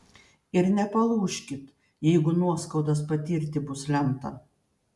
ir nepalūžkit jeigu nuoskaudas patirti bus lemta